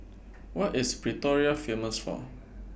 What IS Pretoria Famous For